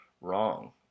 wrong